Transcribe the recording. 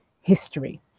history